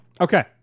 Okay